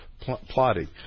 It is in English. plotting